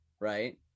right